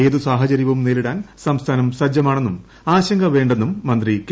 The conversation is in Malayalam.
ഏതു സാഹചര്യവും നേരിടാൻ സംസ്ഥാനം സജ്ജമാണെന്നും ആശങ്ക വേണ്ടെന്നും മന്ത്രി കെ